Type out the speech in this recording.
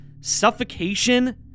suffocation